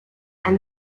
and